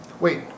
Wait